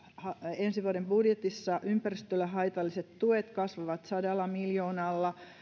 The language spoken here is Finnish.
ensi vuoden budjetissa ympäristölle haitalliset tuet kasvavat sadalla miljoonalla